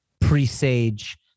presage